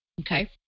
okay